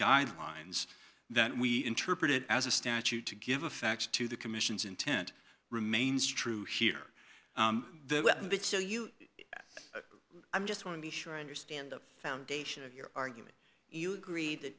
guidelines that we interpreted as a statute to give effect to the commission's intent remains true here and that so you i'm just want to be sure i understand the foundation of your argument you agree that